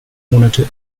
monate